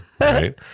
right